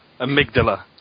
Amygdala